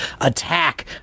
attack